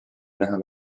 näha